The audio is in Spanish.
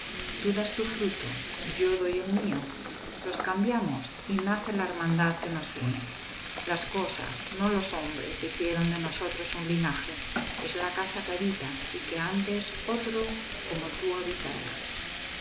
tú das tu fruto yo doy el mío los cambiamos y nace la hermandad que nos une las cosas no los hombres hicieron de nosotros un linaje es la casa que habitas y que antes otro como tú habitara